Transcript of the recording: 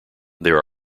there